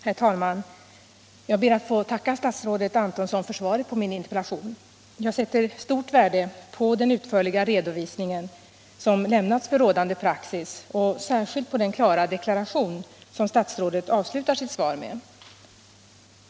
Herr talman! Jag ber att få tacka statsrådet Antonsson för svaret på min interpellation. Jag sätter stort värde på den utförliga redovisning som lämnats för rådande praxis och särskilt på den klara deklaration som statsrådet avslutar sitt svar med.